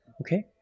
okay